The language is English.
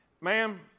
Ma'am